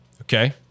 Okay